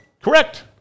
Correct